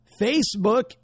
Facebook